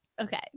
okay